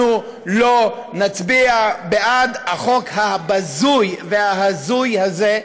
אנחנו לא נצביע בעד החוק הבזוי וההזוי הזה,